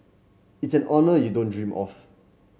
it's an honour you don't dream of